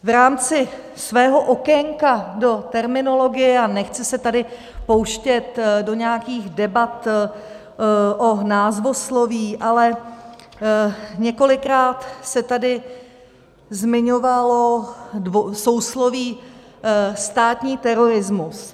V rámci svého okénka do terminologie a nechci se tady pouštět do nějakých debat o názvosloví ale několikrát se tady zmiňovalo sousloví státní terorismus.